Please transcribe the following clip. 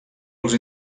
els